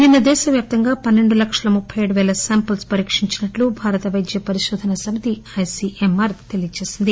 నిన్న దేశ వ్యాప్తంగా పన్నెండు లక్షల ముప్పె ఏడు పేల శాంపిల్స్ పరీక్షించినట్లు భారత వైద్య పరిశోధన సమితి ఐసిఎమ్ ఆర్ తెలియచేసింది